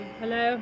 hello